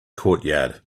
courtyard